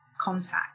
contact